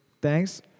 Thanks